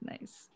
Nice